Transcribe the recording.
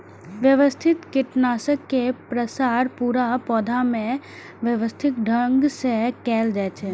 व्यवस्थित कीटनाशक के प्रसार पूरा पौधा मे व्यवस्थित ढंग सं कैल जाइ छै